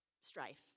strife